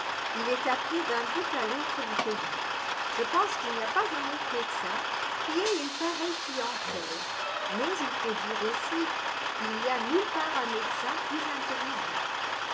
il est appelé d'un bout à l'autre du pays je pense qu'il n'y a pas un autre médecin qui ait une pareille clientèle mais il faut dire aussi qu'il n'y a nulle part un médecin plus intelligent